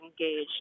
engaged